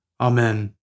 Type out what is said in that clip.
Amen